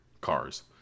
cars